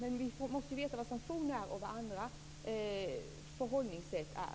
Vi måste ju veta vad sanktion är och vad andra förhållningssätt är.